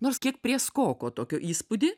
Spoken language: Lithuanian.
nors kiek prėskoko tokio įspūdį